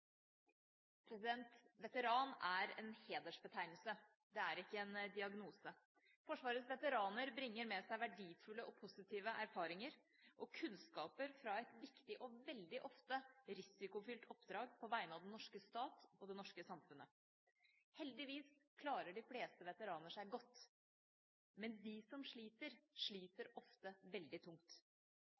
ferdigbehandlet. Veteran er en hedersbetegnelse, det er ikke en diagnose. Forsvarets veteraner bringer med seg verdifulle og positive erfaringer og kunnskaper fra et viktig og veldig ofte risikofylt oppdrag på vegne av den norske stat og det norske samfunnet. Heldigvis klarer de fleste veteraner seg godt, men de som sliter, sliter ofte veldig tungt.